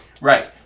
Right